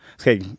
Okay